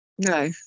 No